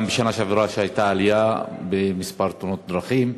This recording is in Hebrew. גם בשנה שעברה הייתה עלייה במספר תאונות הדרכים,